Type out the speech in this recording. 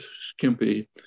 skimpy